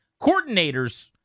Coordinators